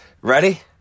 Ready